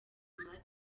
umuhate